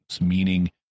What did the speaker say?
meaning